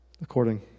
according